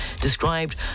described